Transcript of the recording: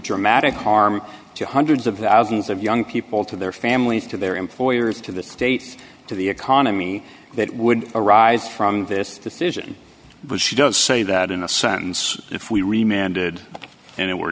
dramatic harm to hundreds of thousands of young people to their families to their employers to the state to the economy that would arise from this decision but she does say that in a sentence if we remain ended and it were